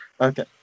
Okay